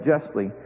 justly